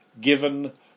given